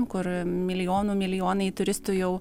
kur milijonų milijonai turistų jau